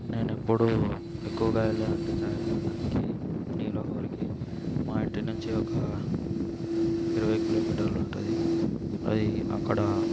నేను ఎప్పుడు ఎక్కువగా వెళ్ళేది అంటే ఛాయ్ తాగడానికి నీలా హోర్కి మా ఇంటి నుంచి ఒక ఇరవై కిలోమీటర్లు ఉంటుంది అది అక్కడ